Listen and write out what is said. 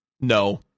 no